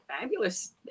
fabulous